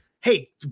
hey